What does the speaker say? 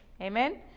Amen